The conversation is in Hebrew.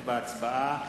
בהצבעה